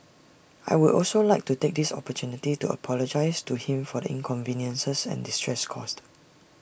I will also like to take this opportunity to apologise to him for the inconveniences and distress caused